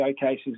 showcases